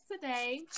today